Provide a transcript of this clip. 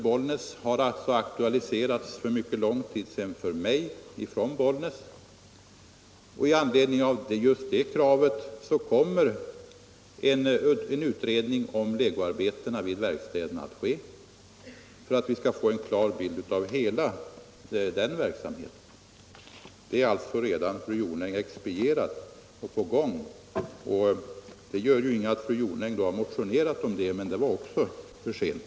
Bollnäs, han alltså aktualiserats för mig för mycket lång tid sedan från Bollnäs, och i anledning av just det kravet kommer en utredning att göras för att vi skall få en klar bild av hela den verksamheten, Saken är redan expedierad och på gång. Det gör ju inget att fru Jonäng har motionerat om det här - men det var också för sent.